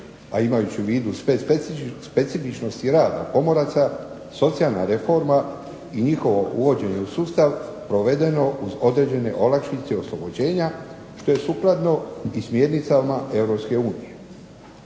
a imajući u vidu sve specifičnosti rada pomoraca socijalna reforma i njihovo uvođenje u sustav provedeno uz određene olakšice oslobođenja što je sukladno i smjernicama EU.